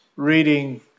reading